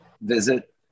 visit